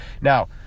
now